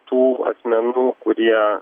tų asmenų kurie